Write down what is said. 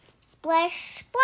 Splash